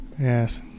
Yes